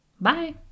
Bye